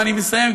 ואני מסיים,